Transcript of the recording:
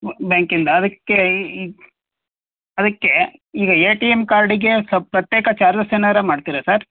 ಬ್ಯಾಂಕಿಂದ ಅದಕ್ಕೆ ಈ ಈ ಅದಕ್ಕೆ ಈಗ ಎ ಟಿ ಎಮ್ ಕಾರ್ಡಿಗೆ ಸ ಪ್ರತ್ಯೇಕ ಚಾರ್ಜಸ್ ಏನಾರೂ ಮಾಡ್ತೀರಾ ಸರ್